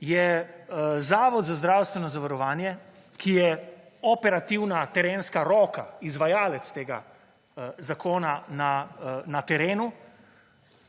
je Zavod za zdravstveno zavarovanje, ki je operativna, terenska roka, izvajalec tega zakona na terenu,